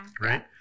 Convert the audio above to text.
Right